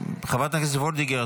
חברת הכנסת וולדיגר,